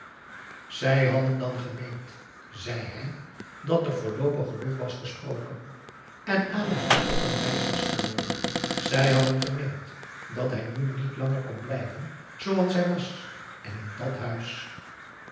zij hadden dan gemeend zei hij dat er voorloopig genoeg was gesproken en adam nu ook wel wijs was geworden zij hadden gemeend dat hij nu niet langer kon blijven zooals hij was en in dàt huis